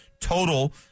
total